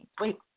Wait